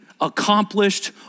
accomplished